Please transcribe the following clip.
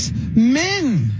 men